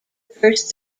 first